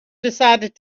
decided